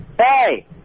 Hey